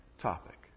topic